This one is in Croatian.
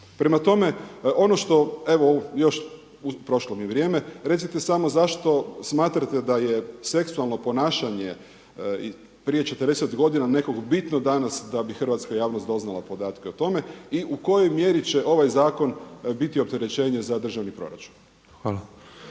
Prema tome, evo još, prošlo mi je vrijeme. Recite samo zašto smatrate da je seksualno ponašanje prije 40 godina nekom bitno danas da bi hrvatska javnost doznala podatke o tome i u kojoj mjeri će ovaj zakon biti opterećenje za državni proračun?